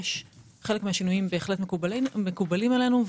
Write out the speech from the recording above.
וחלק מהשינויים בהחלט מקובלים עלינו.